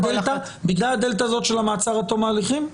בגלל הדלתא הזאת של מעצר עד תום ההליכים?